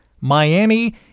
Miami